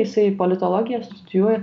jisai politologiją studijuoja